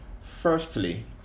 Firstly